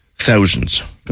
Thousands